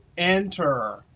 enter.